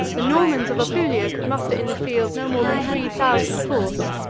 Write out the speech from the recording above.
the normans of apulia could muster in the field no more than three thousand horse,